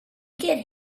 get